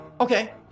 okay